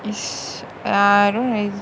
is err I don't really